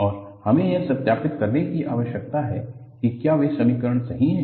और हमें यह सत्यापित करने की आवश्यकता है कि क्या वे समीकरण सही हैं